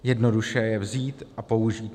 Jednoduše je vzít a použít.